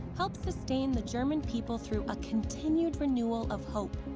helped sustain the german people through a continued renewal of hope.